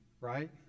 right